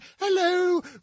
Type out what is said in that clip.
Hello